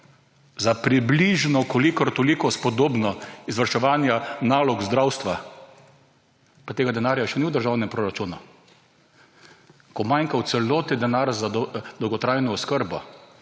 za približno kolikor toliko spodobno izvrševanje nalog zdravstva, pa tega denarja še ni v državnem proračunu, ko manjka v celoti denar za dolgotrajno oskrbo,